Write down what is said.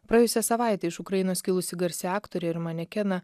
praėjusią savaitę iš ukrainos kilusi garsi aktorė ir manekena